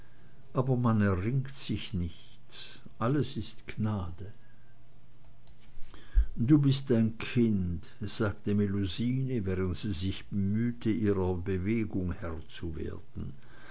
aber man erringt sich nichts alles ist gnade du bist ein kind sagte melusine während sie sich mühte ihrer bewegung herr zu werden